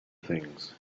things